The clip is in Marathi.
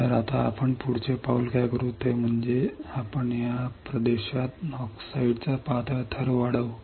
तर आता आपण पुढचे पाऊल काय करू ते म्हणजे आपण या भागात ऑक्साईडचा पातळ थर वाढवू